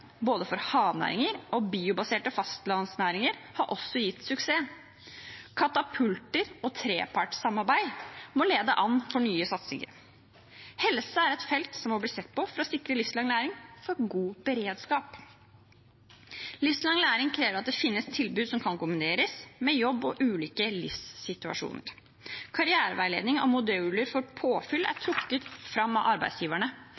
for både havnæringer og biobaserte fastlandsnæringer, har også gitt suksess. Katapulter og trepartssamarbeid må lede an for nye satsinger. Helse er et felt som må bli sett på for å sikre livslang læring for god beredskap. Livslang læring krever at det finnes tilbud som kan kombineres med jobb og ulike livssituasjoner. Karriereveiledning og moduler for påfyll er trukket fram av arbeidsgiverne.